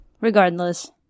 Regardless